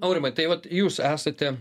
aurimai tai vat jūs esate